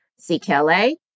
CKLA